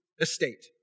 estate